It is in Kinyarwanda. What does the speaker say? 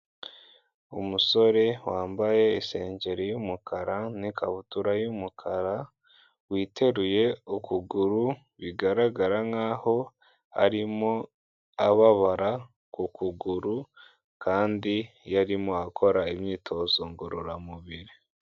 Umusore wambaye isengeri y'umukara n'ikabutura y'umukara, witeruye ukuguru bigaragara nkaho arimo ababara ku kuguru, kandi yarimo akora imyitozo ngororamubiri.